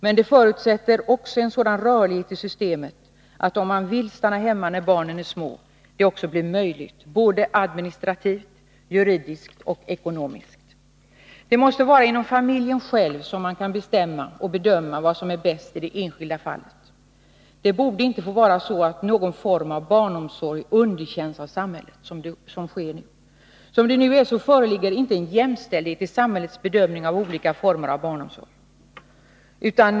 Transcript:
Men det förutsätter också en sådan rörlighet i systemet att den som vill stanna hemma när barnen är små skall ha möjlighet till det — både administrativt, juridiskt och ekonomiskt. Det måste vara inom familjen själv som man skall bestämma och bedöma vad som är bäst i det enskilda fallet. Det borde inte få vara så att någon form av barnomsorg underkänns av samhället — vilket sker nu. Som det nu är föreligger inte någon jämställdhet i samhällets bedömning av olika former av barnomsorg.